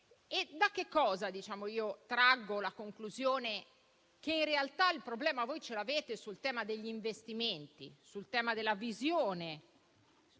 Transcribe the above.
Da cosa traggo la conclusione che in realtà il problema voi lo avete sul tema degli investimenti, sul tema della visione